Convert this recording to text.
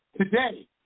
Today